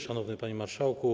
Szanowny Panie Marszałku!